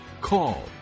call